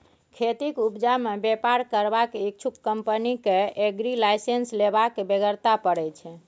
खेतीक उपजा मे बेपार करबाक इच्छुक कंपनी केँ एग्री लाइसेंस लेबाक बेगरता परय छै